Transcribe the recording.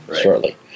shortly